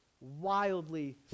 wildly